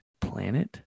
planet